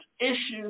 issues